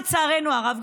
לצערנו הרב,